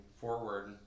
forward